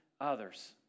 others